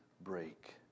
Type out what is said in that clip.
break